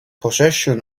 possession